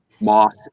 moss